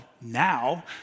now